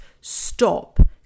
stop